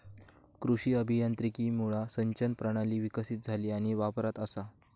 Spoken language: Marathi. कृषी अभियांत्रिकीमुळा सिंचन प्रणाली विकसीत झाली आणि वापरात असा